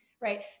Right